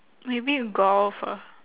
maybe golf ah